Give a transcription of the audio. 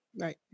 Right